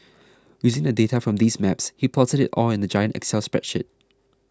using the data from these maps he plotted it all in a giant excel spreadsheet